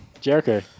Jericho